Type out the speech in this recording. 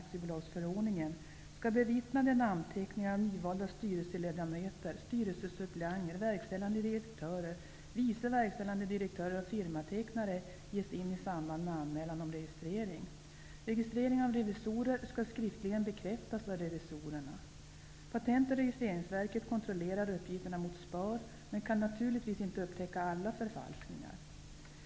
kontrollerar uppgifterna mot SPAR, men kan naturligtvis inte upptäcka alla förfalskningar.